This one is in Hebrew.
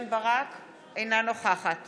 אינה נוכחת